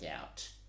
out